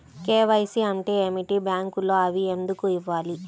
KYC అంటే ఏమిటి? బ్యాంకులో అవి ఎందుకు ఇవ్వాలి?